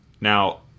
Now